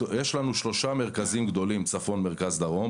יש לנו שלושה מרכזים גדולים צפון, מרכז, דרום.